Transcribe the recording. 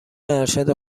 ارشد